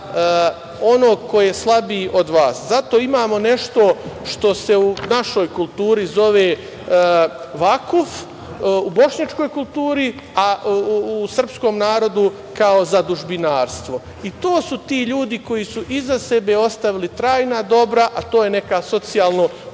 onog koji je slabiji od vas. Zato imamo nešto što se u našoj kulturi zove – vakuf, u bošnjačkoj kulturi, a u srpskom narodu kao zadužbinarstvo. To su ti ljudi koji su iza sebe ostavili trajna dobra, a to je neka socijalno